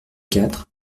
quatre